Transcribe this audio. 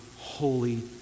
holy